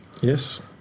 yes